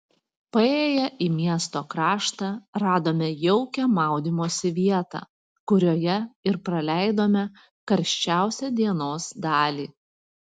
paėję į miesto kraštą radome jaukią maudymosi vietą kurioje ir praleidome karščiausią dienos dalį